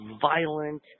violent